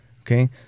Okay